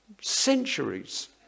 centuries